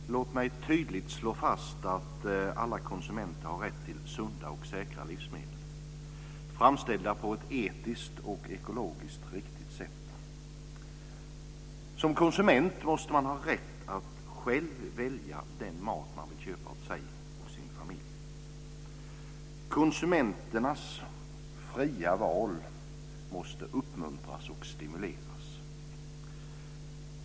Fru talman! Låt mig tydligt slå fast att alla konsumenter har rätt till sunda och säkra livsmedel som är framställda på ett etiskt och ekologiskt riktigt sätt. Som konsument måste man ha rätt att själv välja den mat man vill köpa åt sig och sin familj. Konsumenternas fria val måste uppmuntras och stimuleras.